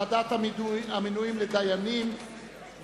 לוועדת המינויים לדיינים,